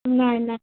নাই নাই